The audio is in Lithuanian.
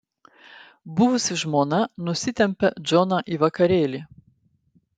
buvusi žmona nusitempia džoną į vakarėlį